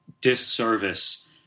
disservice